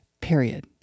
period